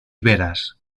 veras